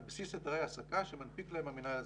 בסיס היתרי העסקה שמנפיק להם המינהל האזרחי.